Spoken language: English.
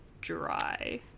dry